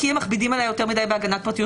כי הם מכבידים עליי יותר מדי בהגנת פרטיות